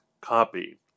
copy